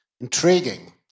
intriguing